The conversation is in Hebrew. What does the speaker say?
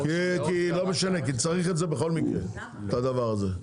כי לא משנה, כי צריך את זה בכל מקרה את הדבר הזה.